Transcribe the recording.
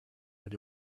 but